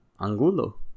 Angulo